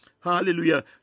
Hallelujah